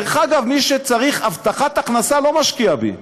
דרך אגב, מי שצריך הבטחת הכנסה לא משקיע בי.